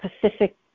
Pacific